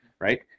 right